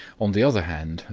on the other hand,